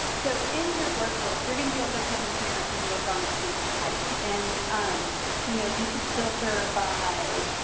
so in your work list, you're going to be able to come in here and look on case type. and um you know you could filter by